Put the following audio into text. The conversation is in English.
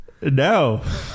No